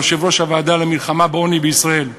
יושב-ראש הוועדה למלחמה בעוני בישראל,